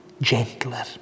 gentler